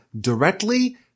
directly